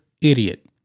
idiot